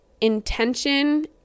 intention